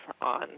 on